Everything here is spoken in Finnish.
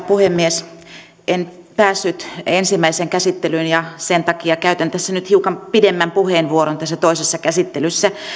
puhemies en päässyt ensimmäiseen käsittelyyn ja sen takia käytän tässä nyt hiukan pidemmän puheenvuoron tässä toisessa käsittelyssä